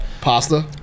Pasta